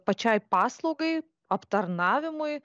pačiai paslaugai aptarnavimui